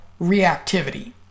reactivity